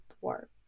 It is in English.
work